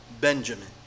Benjamin